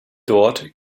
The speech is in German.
dort